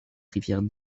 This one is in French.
rivière